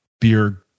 Beer